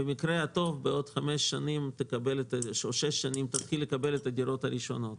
במקרה הטוב בעוד חמש או שש שנים נתחיל לקבל את הדירות הראשונות.